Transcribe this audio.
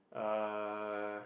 uh